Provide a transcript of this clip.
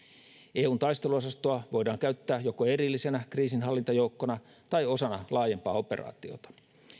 eun taisteluosastoa voidaan käyttää joko erillisenä kriisinhallintajoukkona tai osana laajempaa operaatiota